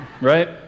right